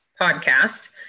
podcast